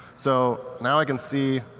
so now i can see,